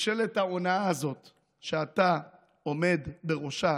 ממשלת ההונאה הזאת שאתה עומד בראשה